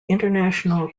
international